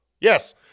Yes